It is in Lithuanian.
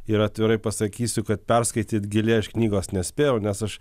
ir atvirai pasakysiu kad perskaityt giliai aš knygos nespėjau nes aš